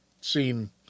seen